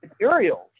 materials